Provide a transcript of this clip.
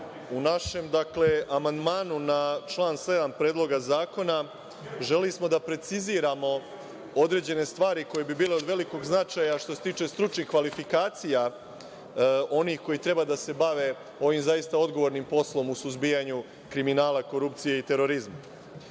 u našem amandmanu na član 7. Predloga zakona, želeli smo da preciziramo određene stvari koje bi bile od velikog značaja što se tiče stručnih kvalifikacija onih koji treba da se bave ovim zaista odgovornim poslom u suzbijanju kriminala, korupcije i terorizma. Ovde